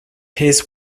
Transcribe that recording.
his